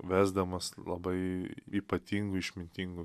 vesdamas labai ypatingu išmintingu